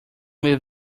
live